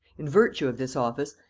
in virtue of this office,